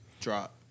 Drop